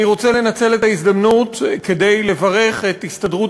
אני רוצה לנצל את ההזדמנות ולברך את הסתדרות